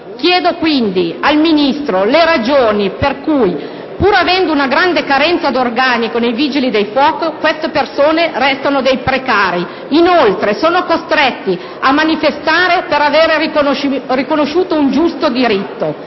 Chiedo quindi al Ministro le ragioni per cui, pur essendovi una grande carenza di organico nei Vigili del fuoco queste persone restano dei precari e inoltre sono costrette a manifestare per aver riconosciuto un giusto diritto.